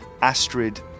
Astrid